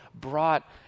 brought